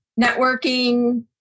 networking